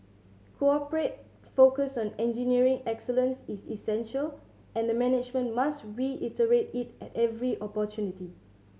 corporate focus on engineering excellence is essential and the management must reiterate it at every opportunity